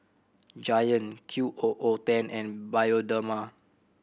Giant Q O O ten and Bioderma